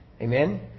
Amen